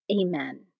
Amen